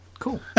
Cool